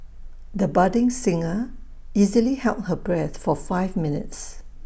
the budding singer easily held her breath for five minutes